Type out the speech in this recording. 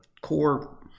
core